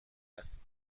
است